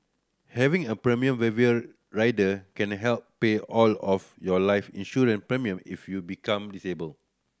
having a premium waiver rider can help pay all of your life insurance premium if you become disabled